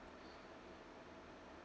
uh